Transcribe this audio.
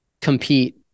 compete